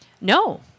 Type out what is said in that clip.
No